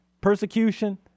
persecution